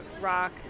rock